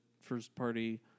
first-party